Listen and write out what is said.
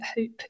hope